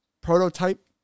Prototype